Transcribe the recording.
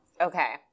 Okay